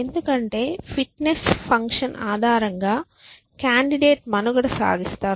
ఎందుకంటే fitness function ఆధారంగా candidate మనుగడ సాగిస్తాడు